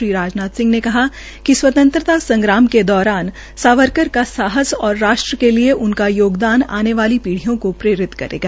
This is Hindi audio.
श्री राजनाथ ने कहा कि स्वतंत्रता संग्राम के दौरान सावरकर का साहस और राष्ट्र के लिए उनका योगदान आने वाली पीप्रियों को प्रेरित करता रहेगा